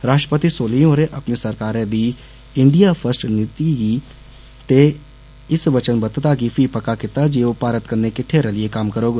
राश्ट्रपति सोलिह होरें अपनी सरकारै दी इण्डिया फिस्ट नीति दी ते वचनबद्दता गी फी पक्का कीता जे ओ भारत कन्नै किट्ठे रलियै कम्म करौग